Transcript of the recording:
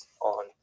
on